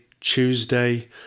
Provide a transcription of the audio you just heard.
Tuesday